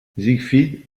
siegfried